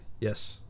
yes